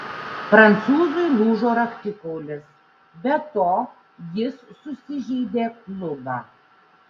prancūzui lūžo raktikaulis be to jis susižeidė klubą